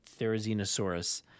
Therizinosaurus